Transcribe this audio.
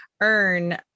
earn